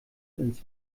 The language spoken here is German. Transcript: ins